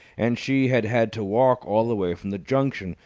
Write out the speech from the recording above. and she had had to walk all the way from the junction,